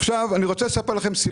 עכשיו, אני רוצה לספר לכם סיפור.